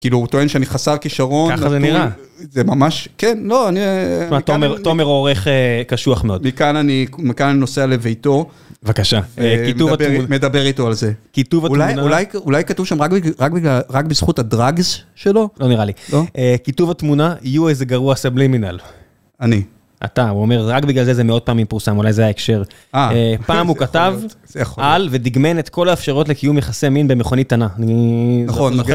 כאילו הוא טוען שאני חסר כישרון. ככה זה נראה. זה ממש... כן, לא, אני... תומר הוא עורך קשוח מאוד. מכאן אני נוסע לביתו. בבקשה. מדבר איתו על זה. כיתוב התמונה... אולי כתוב שם רק בזכות הדרגס שלו? לא נראה לי. כיתוב התמונה, יו איזה גרוע סבלימינל. אני. הוא אומר, רק בגלל זה זה מאות פעמים פורסם, אולי זה ההקשר. פעם הוא כתב על ודגמן את כל האפשרות לקיום יחסי מין במכונית. נכון.